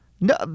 No